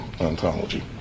ontology